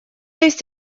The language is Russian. есть